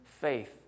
faith